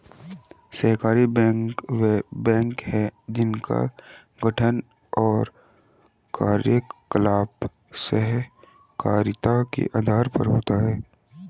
सहकारी बैंक वे बैंक हैं जिनका गठन और कार्यकलाप सहकारिता के आधार पर होता है